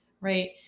right